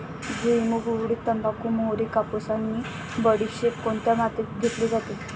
भुईमूग, उडीद, तंबाखू, मोहरी, कापूस आणि बडीशेप कोणत्या मातीत घेतली जाते?